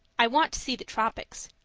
i want to see the tropics.